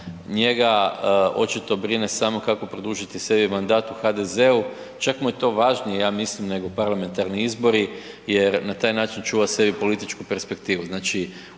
njega očito brine samo kako produžiti sebi mandat u HDZ-u, čak mu je to važnije ja mislim nego parlamentarni izbori jer na taj način čuva sebi političku perspektivu.